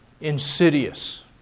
insidious